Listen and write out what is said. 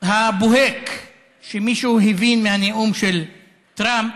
הבוהק שמישהו הבין מהנאום של טראמפ